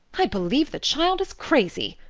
i believe the child is crazy.